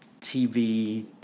TV